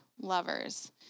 lovers